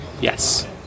Yes